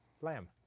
lamb